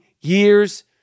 years